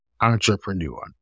entrepreneur